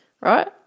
right